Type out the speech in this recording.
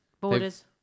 Borders